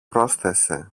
πρόσθεσε